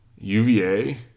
UVA